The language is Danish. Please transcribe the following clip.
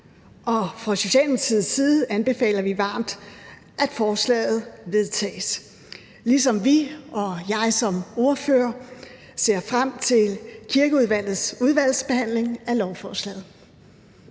og fra Socialdemokratiets side anbefaler vi varmt, at forslaget vedtages, ligesom vi og jeg som ordfører ser frem til Kirkeudvalgets udvalgsbehandling af lovforslaget.